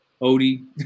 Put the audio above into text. Odie